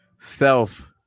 Self